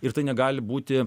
ir tai negali būti